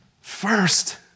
First